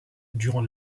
durant